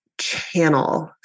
Channel